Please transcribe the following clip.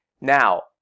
Now